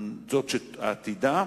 זאת שעתידה,